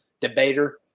debater